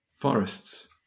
Forests